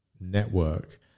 network